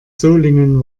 solingen